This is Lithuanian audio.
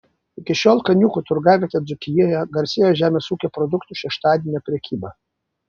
iki šiol kaniūkų turgavietė dzūkijoje garsėjo žemės ūkio produktų šeštadienio prekyba